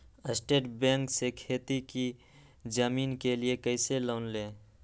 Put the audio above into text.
State bank से खेती की जमीन के लिए कैसे लोन ले?